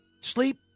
sleep